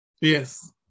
Yes